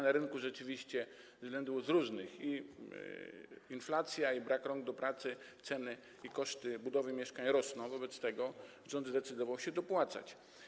Na rynku rzeczywiście z różnych względów: i inflacja, i brak rąk do pracy, ceny i koszty budowy mieszkań rosną, wobec tego rząd zdecydował się dopłacać.